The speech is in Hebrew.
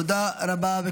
תודה רבה.